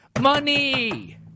Money